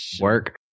work